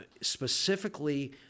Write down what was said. specifically—